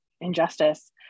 injustice